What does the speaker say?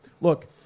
Look